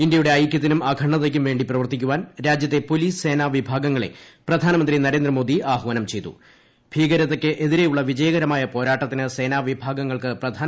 ഇന്ത്യയുടെ ഐക്യത്തിനും അഖ്വണ്ഡതയ്ക്കും വേണ്ടി പ്രവർത്തിക്കുവാൻ രാജ്യത്ത് പ്പോലീസ് സേന വിഭാഗങ്ങളെ പ്രധാനമന്ത്രിദ്ധന്റർന്ദ്രമോദി ആഹ്വാനം ചെയ്തു ഭീകരതയ്ക്കെതിരെയുള്ള വിജയകരമായ പോരാട്ടത്തിന് സേനാവിഭാഗ്ങൾക്ക് പ്രധാനമന്ത്രിയുടെ പ്രശംസ